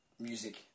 music